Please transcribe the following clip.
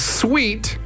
sweet